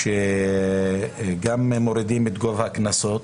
גם מורידים את גובה הקנסות,